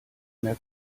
mehr